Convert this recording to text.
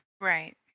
Right